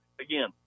again